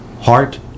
heart